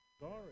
Sorry